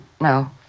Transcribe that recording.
No